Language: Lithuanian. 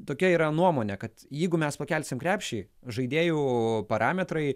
tokia yra nuomonė kad jeigu mes pakelsim krepšį žaidėjų parametrai